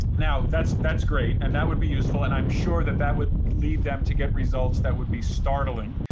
now, that's that's great, and that would be useful, and i'm sure that that would lead them to get results that would be startling,